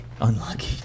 Unlucky